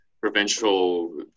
provincial